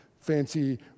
fancy